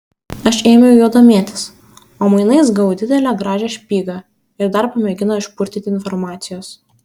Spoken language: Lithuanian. aš ėmiau juo domėtis o mainais gavau didelę gražią špygą ir dar pamėgino išpurtyti informacijos